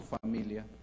familia